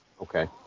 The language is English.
Okay